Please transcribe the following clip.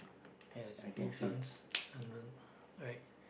it has green plants and right